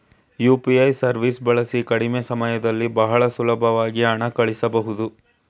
UPI ಸವೀಸ್ ಬಳಸಿ ಕಡಿಮೆ ಸಮಯದಲ್ಲಿ ಬಹಳ ಸುಲಬ್ವಾಗಿ ಹಣ ಕಳಸ್ಬೊದು